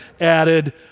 added